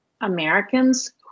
Americans